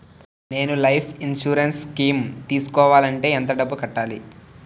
నేను life insurance scheme తీసుకోవాలంటే ఎంత డబ్బు కట్టాలి?